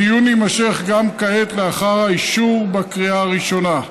הדיון יימשך גם כעת, לאחר האישור בקריאה הראשונה.